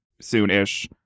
soon-ish